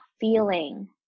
feeling